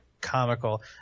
comical